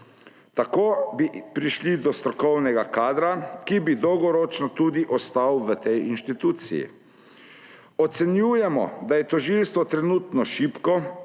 Tako bi prišli do strokovnega kadra, ki bi dolgoročno tudi ostal v tej inštituciji. Ocenjujemo, da je tožilstvo trenutno šibko,